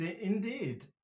indeed